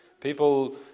People